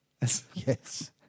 yes